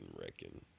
Reckon